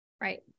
Right